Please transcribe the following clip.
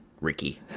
Ricky